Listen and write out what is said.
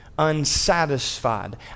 unsatisfied